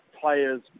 players